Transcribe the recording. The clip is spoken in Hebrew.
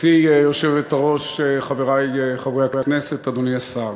גברתי היושבת-ראש, חברי חברי הכנסת, אדוני השר,